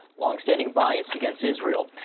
long-standing bias against israel.